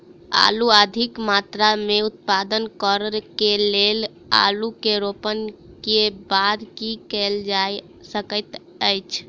आलु अधिक मात्रा मे उत्पादन करऽ केँ लेल आलु केँ रोपनी केँ बाद की केँ कैल जाय सकैत अछि?